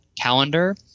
calendar